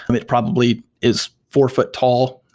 um it probably is four foot tall.